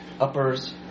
Uppers